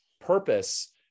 purpose